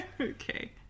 okay